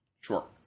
Sure